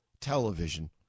television